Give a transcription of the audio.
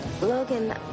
Logan